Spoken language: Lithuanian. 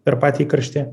per patį įkarštį